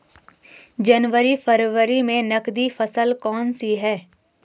जनवरी फरवरी में नकदी फसल कौनसी है?